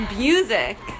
music